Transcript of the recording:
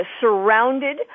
surrounded